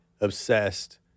obsessed